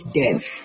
death